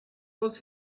was